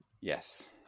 Yes